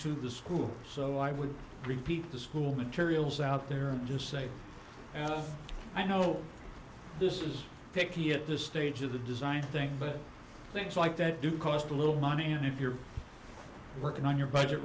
to the school so i would repeat the school materials out there and just say i know this is picky at this stage of the design thing but things like that do cost a little money and if you're working on your budget